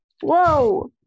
Whoa